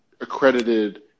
accredited